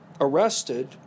arrested